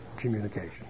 communication